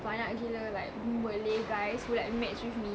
banyak gila like malay guys who like match with me